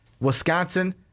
Wisconsin